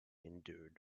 endured